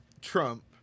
Trump